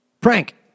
Prank